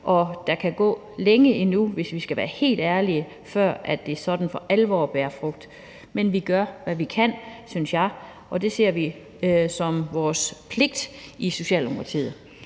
og der kan gå lang tid endnu, hvis vi skal være helt ærlige, før det for alvor bærer frugt. Men vi gør, hvad vi kan, synes jeg. Det ser vi som vores pligt i Socialdemokratiet.